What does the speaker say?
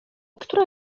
która